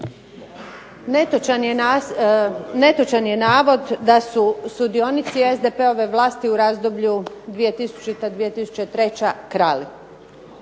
Netočan je navod da su sudionici SDP-ove vlasti u razdoblju 2000./2003. krali.